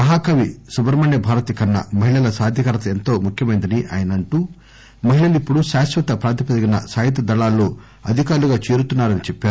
మహా కవి సుబ్రహ్మణ్న భారతి కన్న మహిళల సాధికారత ఎంతో ముఖ్యమైనదని ఆయన అంటూ మహిళలిప్పుడు శాశ్వత ప్రాతిపదికన సాయుధ దళాల్లో అధికారులుగా చేరుతున్నారని చెప్పారు